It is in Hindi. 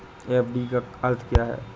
एफ.डी का अर्थ क्या है?